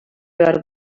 behar